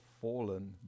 fallen